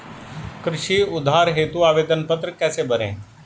कृषि उधार हेतु आवेदन पत्र कैसे भरें?